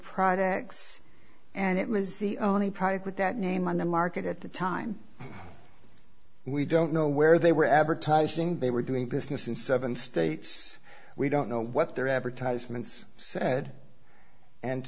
products and it was the only product with that name on the market at the time we don't know where they were advertising they were doing business in seven states we don't know what their advertisements said and